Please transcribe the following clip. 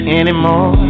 anymore